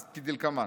"כדלקמן,